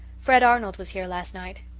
fred arnold was here last night.